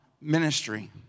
ministry